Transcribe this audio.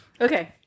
Okay